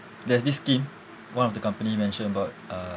there's this scheme one of the company mention about uh